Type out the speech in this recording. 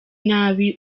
nabi